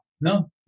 no